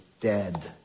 dead